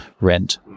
rent